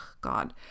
God